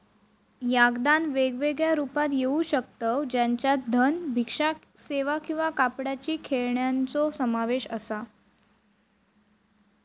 याक दान वेगवेगळ्या रुपात घेऊ शकतव ज्याच्यात धन, भिक्षा सेवा किंवा कापडाची खेळण्यांचो समावेश असा